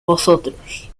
vosotros